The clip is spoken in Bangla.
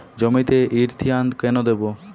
জমিতে ইরথিয়ন কেন দেবো?